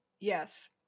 Yes